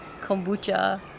kombucha